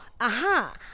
Aha